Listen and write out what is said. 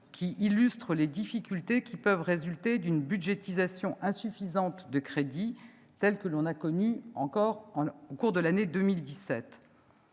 qui illustre les difficultés pouvant résulter d'une budgétisation insuffisante de crédits telle qu'on l'a connue encore au cours de l'année 2017.